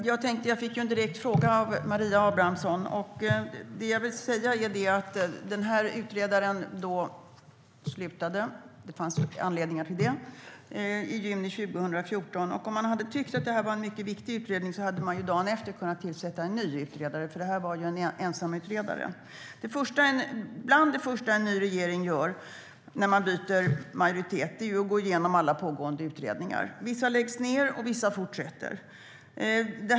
Herr ålderspresident! Jag fick en direkt fråga av Maria Abrahamsson. Utredaren slutade sitt uppdrag - och det fanns anledningar till det - i juni 2014. Om man hade tyckt att det var en mycket viktig utredning hade man dagen efter kunnat tillsätta en ny utredare. Det var ju fråga om en ensamutredare. Bland det första en ny regering gör vid byte av majoritet är att gå igenom alla pågående utredningar. Vissa läggs ned och vissa fortsätter.